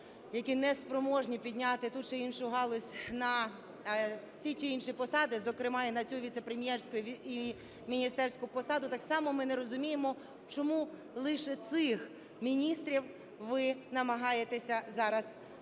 які не спроможні підняти ту чи іншу галузь, на ті чи інші посади, зокрема і на цю віцепрем'єрську і міністерську посаду, так само ми не розуміємо, чому лише цих міністрів ви намагаєтесь зараз звільнити.